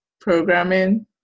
programming